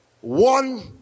one